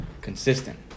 consistent